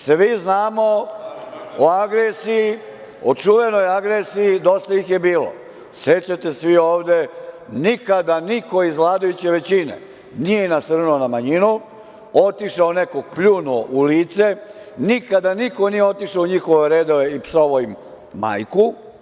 Svi znamo o agresiji, o čuvenoj agresiji „dosta ih je bilo“, sećate se svi ovde, nikada niko iz vladajuće većine nije nasrnuo na manjinu, otišao nekog pljunuo u lice, nikada niko nije otišao u njihove redove i psovao im majku.